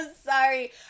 sorry